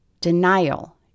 Denial